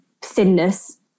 thinness